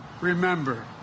remember